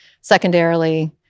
secondarily